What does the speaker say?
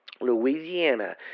Louisiana